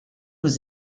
was